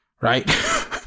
right